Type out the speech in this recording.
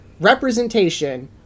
representation